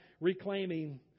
reclaiming